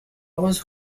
was